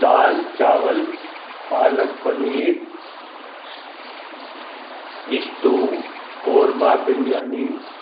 دال چاول پالک پنیر اسٹو قورمہ بریانی